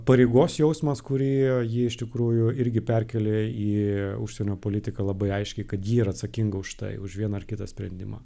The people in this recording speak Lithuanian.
pareigos jausmas kurį ji iš tikrųjų irgi perkėlė į užsienio politiką labai aiškiai kad ji yra atsakinga už tai už vieną ar kitą sprendimą